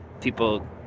people